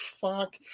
fuck